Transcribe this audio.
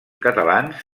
catalans